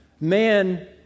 Man